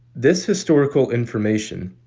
this historical information,